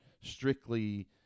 strictly